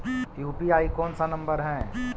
UPI कोन सा number हैं?